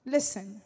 Listen